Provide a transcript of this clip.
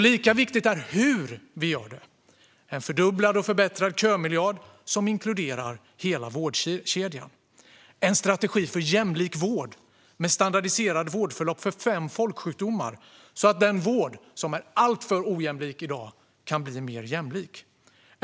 Lika viktigt är hur vi gör detta, nämligen genom en fördubblad och förbättrad kömiljard, som inkluderar hela vårdkedjan, och en strategi för jämlik vård med standardiserade vårdförlopp för fem folksjukdomar så att vården, som är alltför ojämlik i dag, kan bli mer jämlik.